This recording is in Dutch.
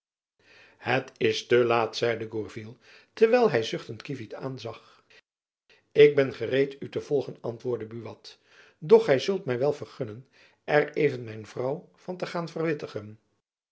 het is te laat zeide gourville terwijl hy zuchtend kievit aanzag ik ben gereed u te volgen antwoordde buat doch gy zult my wel vergunnen er even mijn vrouw van te gaan verwittigen